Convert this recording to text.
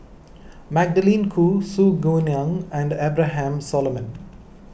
Magdalene Khoo Su Guaning and Abraham Solomon